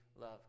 love